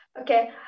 Okay